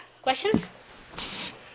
Questions